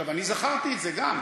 עכשיו, אני זכרתי את זה גם.